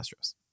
Astros